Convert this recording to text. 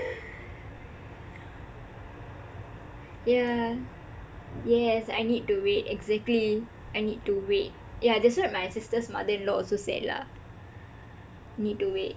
yah yes I need to wait exactly I need to wait yah that's [what] my sister's mother-in-law also said lah need to wait